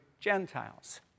Gentiles